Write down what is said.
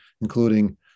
including